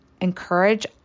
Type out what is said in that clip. Encourage